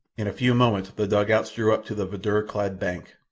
in a few moments the dugouts drew up to the verdure-clad bank.